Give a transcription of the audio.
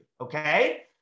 okay